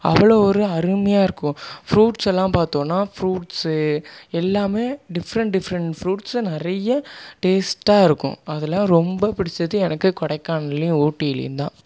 அவ்ளோ ஒரு அருமையாக இருக்கும் ஃப்ரூட்ஸ் எல்லாம் பார்த்தோன்னா ஃப்ரூட்ஸு எல்லாம் டிஃபரன்ட் டிஃபரன்ட்ஸ் ஃப்ரூட்ஸ் நிறையா டேஸ்ட்டாக இருக்கும் அதலாம் ரொம்ப பிடித்தது எனக்கு கொடைக்கானல்லேயும் ஊட்டிலேயும்தான்